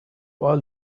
all